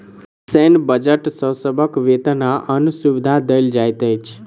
सैन्य बजट सॅ सभक वेतन आ अन्य सुविधा देल जाइत अछि